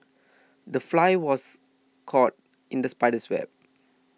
the fly was caught in the spider's web